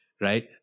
right